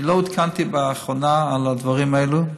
אני לא עודכנתי באחרונה על הדברים האלה,